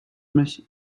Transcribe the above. mich